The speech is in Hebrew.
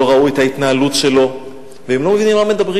לא ראו את ההתנהלות שלו והם לא מבינים על מה מדברים.